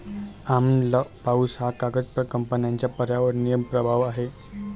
आम्ल पाऊस हा कागद कंपन्यांचा पर्यावरणीय प्रभाव आहे